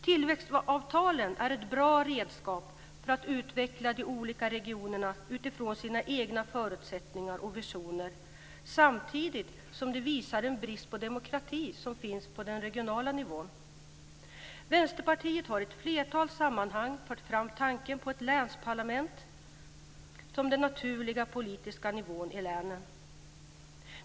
Tillväxtavtalen är ett bra redskap för att utveckla de olika regionerna utifrån sina egna förutsättningar och visioner, samtidigt som de visar på de brister på demokrati som finns på den regionala nivån. Vänsterpartiet har i ett flertal sammanhang fört fram tanken på ett länsparlament som den naturliga politiska nivån i länen.